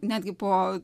netgi po